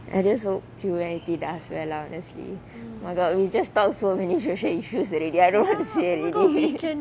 I just hope humanity does well lah honestly oh my god we just talk so many social issues already I don't want to say already